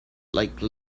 like